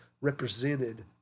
represented